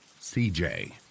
CJ